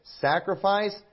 sacrifice